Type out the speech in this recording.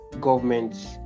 governments